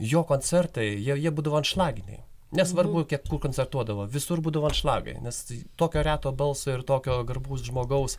jo koncertai jie jie būdavo anšlaginiai nesvarbu kiek kur koncertuodavo visur būdavo anšlagai nes tokio reto balso ir tokio garbaus žmogaus